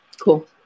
Cool